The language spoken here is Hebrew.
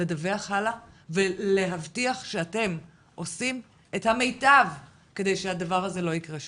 לדווח הלאה ולהבטיח שאתם עושים את המיטב כדי שהדבר הזה לא יקרה שוב,